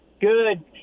Good